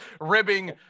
ribbing